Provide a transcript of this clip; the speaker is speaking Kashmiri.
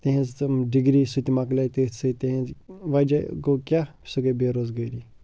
تِہٕنٛز تِم ڈگری سُہ تہِ مکلے تٔتھۍ سۭتۍ تِہِنٛزۍ وجہ گوٚو کیٛاہ سُہ گٔے بے روزگٲری